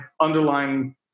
underlying